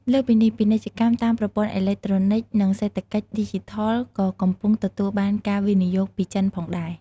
លើសពីនេះ ពាណិជ្ជកម្មតាមប្រព័ន្ធអេឡិចត្រូនិចនិងសេដ្ឋកិច្ចឌីជីថលក៏កំពុងទទួលបានការវិនិយោគពីចិនផងដែរ។